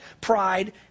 pride